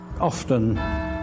Often